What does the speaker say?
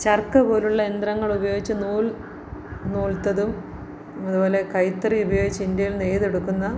ചർക്ക പോലെയുള്ള യന്ത്രങ്ങളുപയോഗിച്ച് നൂൽ നൂൽത്തതും അതു പോലെ കൈത്തറി ഉപയോഗിച്ച് ഇന്ത്യയിൽ നെയ്തെടുക്കുന്ന